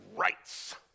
rights